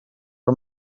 are